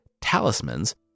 talismans